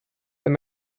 they